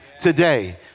today